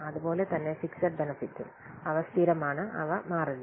അതുപോലെ തന്നെ ഫിക്സ്ഡ് ബെനെഫിട്ടും അവ സ്ഥിരമാണ് അവ മാറില്ല